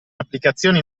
applicazioni